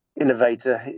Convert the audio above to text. innovator